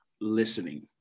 listening